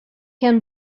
can